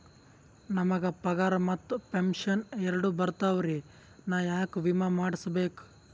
ನಮ್ ಗ ಪಗಾರ ಮತ್ತ ಪೆಂಶನ್ ಎರಡೂ ಬರ್ತಾವರಿ, ನಾ ಯಾಕ ವಿಮಾ ಮಾಡಸ್ಬೇಕ?